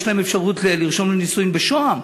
יש להם אפשרות לרשום לנישואים בשוהם,